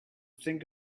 think